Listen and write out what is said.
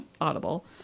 audible